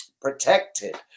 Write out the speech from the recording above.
protected